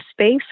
space